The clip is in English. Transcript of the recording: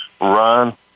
run